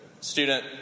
student